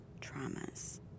traumas